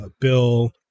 Bill